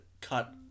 cut